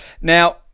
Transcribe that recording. Now